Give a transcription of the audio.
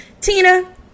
Tina